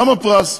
למה פרס?